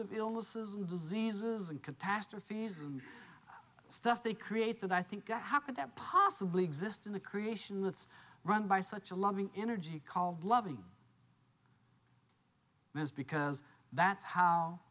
of illnesses and diseases and catastrophes and stuff they create that i think how could that possibly exist in the creation that's run by such a loving energy called loving ms because that's how